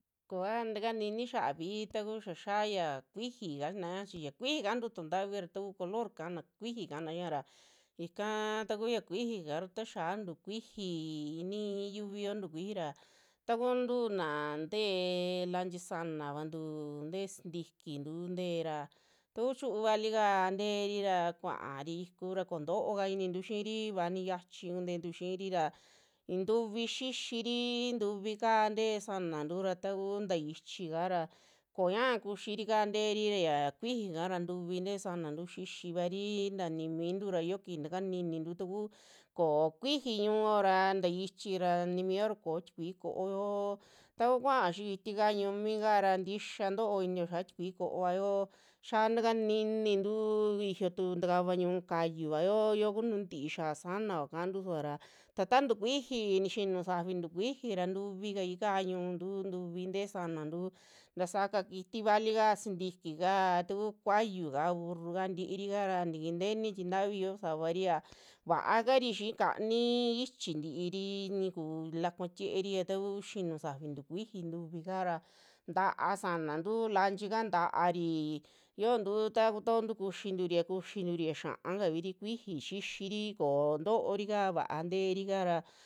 Ko'oa takanini xiavi taku xia xa'aya kuiji kachina, chi ya kuiji kantu tu'un ntavi ra. ta kuu color kaana kuiji kana xiara, ika taku ya kuijika ra ta xia tukuiji i'ini yiuviyo tukuiji ra, takuntu na te'e lanchi sanavantu, tee sintikitu tee ra, takuu chiu'u valika teeri ra kuari iku ra ko'o ntoo ka inintu xiiri va ni xiachi kunteuntu xiiri ra i'in tuvi xixiri, ntuvi kaa tee sanantu ra taku taxichi kara, koñaa kuxirika teeri ra xia kuiji kara ntuvi tee sanantu xixivari, ta ni mintu ra yio kiji takaninintu taku koo kuiji ñu'uo ra taichi ra nimio ra ko'o tikui ko'oyo, taku kuao xii kitika yumi kara tixa ntoo inio xaa tikui ko'ovayo, xiao takaninintu iiyo tu takava ñiuu kayuvao yoo kunu ntii xia sa'anao kaantu suva ra, ta ta'a tukuiji nixinu sa'afi, tukuiji ra tuvi kai ka'a ñu'untu, ntuvi te'e sanantu tasaaka kiti valika, sintikika taku kuayuka, urruka tiirika ra tikii nteni tii ntavi yo'o sabaria vaakari xii kani ichi ti'iri nuku lakua tieeri a taku xinu safi tukuiji tavika ra ta'a kanantu, lanchika ta'ari yontu ta kutontu kuxinturi a kuxinturi a xiakaviri kuiji xixiri ko'ontorika va'a terika ra.